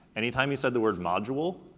any time he said the word module,